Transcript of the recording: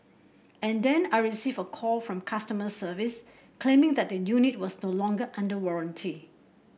and then I received a call from customer service claiming that the unit was no longer under warranty